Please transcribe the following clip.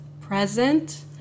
present